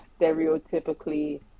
stereotypically